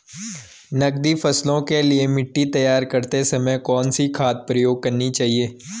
नकदी फसलों के लिए मिट्टी तैयार करते समय कौन सी खाद प्रयोग करनी चाहिए?